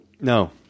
No